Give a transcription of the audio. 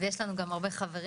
יש לנו גם הרבה חברים,